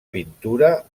pintura